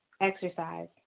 exercise